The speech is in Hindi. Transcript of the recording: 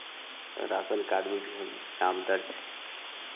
राशन कार्ड में भी हम नाम दर्ज़